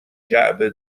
جعبه